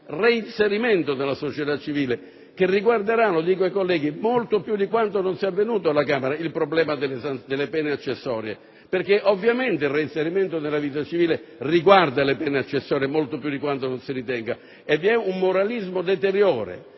di reinserimento nella società civile che riguarderà, lo dico ai colleghi, molto di più quanto non sia avvenuto alla Camera il problema delle pena accessorie. Il reinserimento nella vita civile, infatti, riguarda le pene accessorie molto più di quanto non si ritenga e vi è un moralismo deteriore